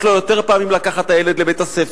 יש לו יותר פעמים לקחת את הילד לבית-הספר,